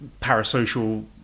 parasocial